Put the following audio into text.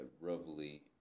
roughly